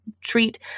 treat